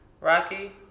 Rocky